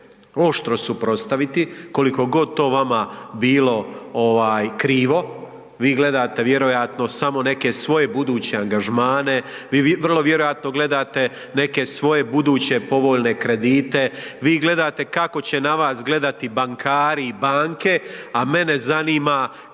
oštro suprotstaviti koliko god to vama bilo ovaj krivo. Vi gledate vjerojatno samo neke svoje buduće angažmane. Vi vrlo vjerojatno gledate neke svoje buduće povoljne kredite, vi gledate kako će na vas gledati bankari i banke, a mene zanima kako